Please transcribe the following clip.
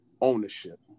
ownership